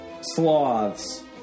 Sloths